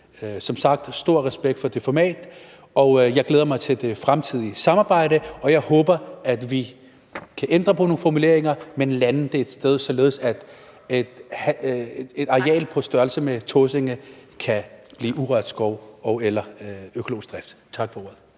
har jeg stor respekt for det format, der vises, og jeg glæder mig til det fremtidige samarbejde, og jeg håber, at vi kan ændre på nogle formuleringer og lande det et sted, således at et areal på størrelse med Tåsinge kan blive omlagt til urørt skov og/eller økologisk drift. Tak for ordet.